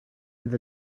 fydd